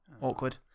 Awkward